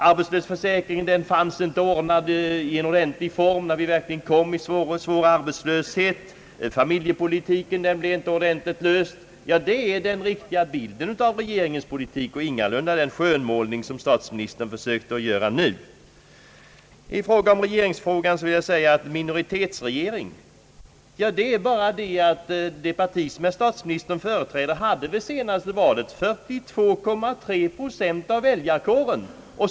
Arbetslöshetsförsäkringen fanns inte ordnad i ordentlig form, när vi verkligen fick en svår arbetslöshet. Problemet med familjepolitiken blev inte riktigt löst. Detta är den riktiga bilden av regeringens politik och ingalunda den skönmålning som statsministern nu har försökt göra. Jag vill så anföra några synpunkter på frågan om en minoritetsregering. Det parti som statsministern företräder hade vid det senaste valet 42,3 procent av väljarkåren.